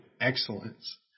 excellence